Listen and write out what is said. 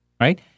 right